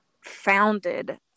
founded